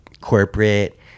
corporate